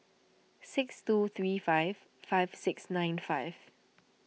six two three five five six nine five